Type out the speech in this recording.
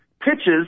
pitches